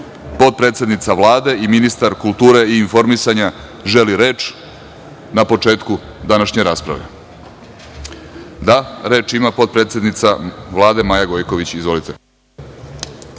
potpredsednica Vlade i ministar kulture i informisanja želi reč na početku današnje rasprave? (Da.)Reč ima potpredsednica Vlade Maja Gojković. Izvolite.